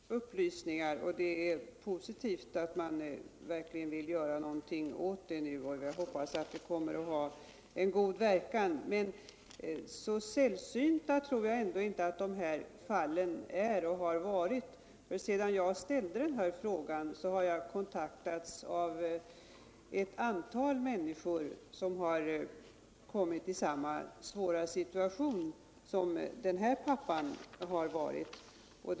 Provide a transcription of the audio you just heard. Herr talman! Jag tackar Ingemar Mundemo för dessa ytterligare upplysningar. Det är positivt att man nu verkligen vill göra något åt detta, och jag hoppas att det kommer att ha god verkan. Men så sällsynta tror jag ändå inte att de här fallen är och har varit. Sedan jag ställde frågan har jag kontaktats av ett antal människor som har kommit i samma svåra situation som den pappa jag talade om.